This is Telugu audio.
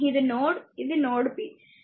ఇది నోడ్ ఇది నోడ్ p